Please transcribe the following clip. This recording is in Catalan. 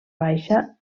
baixa